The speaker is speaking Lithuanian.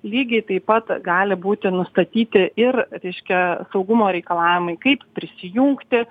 lygiai taip pat gali būti nustatyti ir reiškia saugumo reikalavimai kaip prisijungti